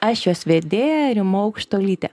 aš jos vedėja rima aukštuolytė